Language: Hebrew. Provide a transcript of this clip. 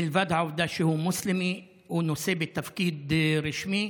מלבד העובדה שהוא מוסלמי, הוא נושא בתפקיד רשמי.